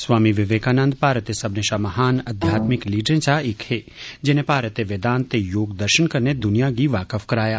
स्वामी विवेकानंद भारत दे सब्मनें शा महान अध्यात्मिक लीडरें चा इक हे जिनें भारत दी वेदांत ते योग दर्शन कन्नै दुनिया गी वाकफ कराया